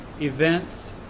events